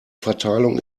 verteilung